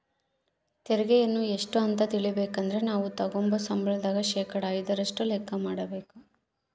ತೆರಿಗೆಯನ್ನ ಎಷ್ಟು ಅಂತ ತಿಳಿಬೇಕಂದ್ರ ನಾವು ತಗಂಬೋ ಸಂಬಳದಾಗ ಶೇಕಡಾ ಐದರಷ್ಟು ಲೆಕ್ಕ ಮಾಡಕಬೇಕು